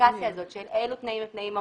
הספציפיקציה הזאת של אילו תנאים הם תנאים מהותיים,